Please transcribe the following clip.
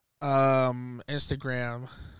Instagram